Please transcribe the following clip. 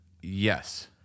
Yes